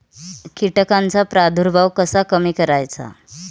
कीटकांचा प्रादुर्भाव कसा कमी करायचा?